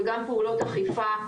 וגם פעולות אכיפה,